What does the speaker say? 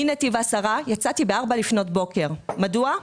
מנתיב העשרה יצאתי בשעה 04:00. מדוע?